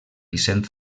vicent